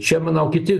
čia manau kiti